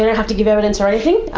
and have to give evidence or anything,